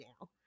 now